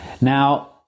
Now